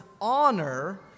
honor